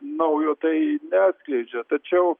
naujo tai neatskleidžia tačiau